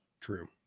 True